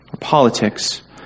politics